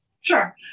Sure